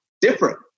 different